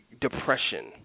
depression